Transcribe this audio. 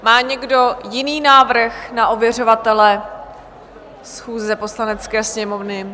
Má někdo jiný návrh na ověřovatele schůze Poslanecké sněmovny?